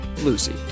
Lucy